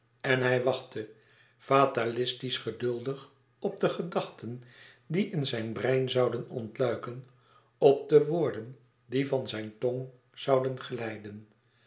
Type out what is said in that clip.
en hij wachtte fatalistisch geduldig op de gedachten die in zijn brein zouden ontluiken op de woorden die van zijn tong zouden